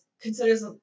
considers